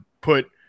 put